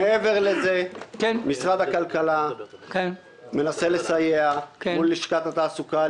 מעבר לזה משרד הכלכלה מנסה לסייע מול לשכת התעסוקה.